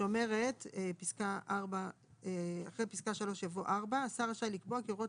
שאומרת: 2. (3) אחרי פסקה (3) יבוא: "(4) השר רשאי לקבוע כי הוראות